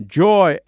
joy